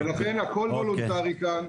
-- לכן, הכל וולונטרי כאן.